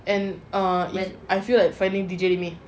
and err I feel like finding D_J with me